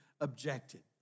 objected